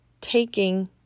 taking